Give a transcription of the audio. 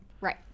Right